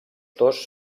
dos